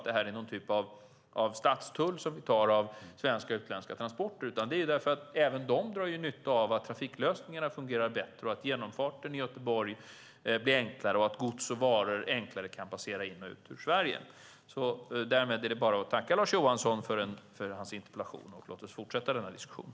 Det här är ingen stadstull som vi tar av svenska och utländska transporter, utan även de drar nytta av att trafiklösningar fungerar bättre, att genomfarten i Göteborg blir enklare och att gods och varor lättare kan passera in i och ut ur Sverige. Jag tackar Lars Johansson för interpellationen och hoppas att vi kan fortsätta diskussionen.